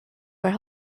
were